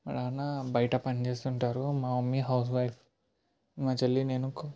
మా నాన్న బయట పని చేస్తుంటారు మా మమ్మీ హౌస్ వైఫ్ మా చెల్లి నేను